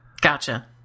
Gotcha